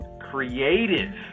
creative